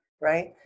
right